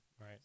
Right